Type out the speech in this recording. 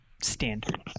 standard